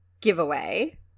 giveaway